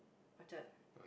Orchard